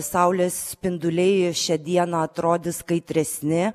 saulės spinduliai šią dieną atrodys kaitresni